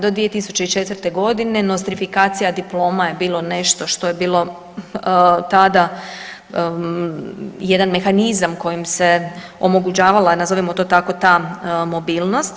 Do 2004.g. nostrifikacija diploma je bilo nešto što je bilo tada jedan mehanizam kojim se omogućavala nazovimo to tako ta mobilnost.